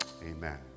amen